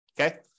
Okay